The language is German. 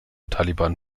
taliban